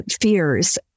fears